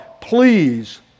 Please